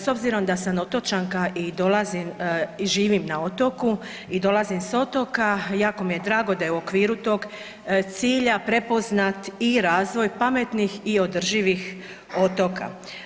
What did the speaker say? S obzirom da sam otočanka i dolazim i živim na otoku i dolazim sa otoka jako mi je drago da je okviru tog cilja prepoznat i razvoj pametnih i održivih otoka.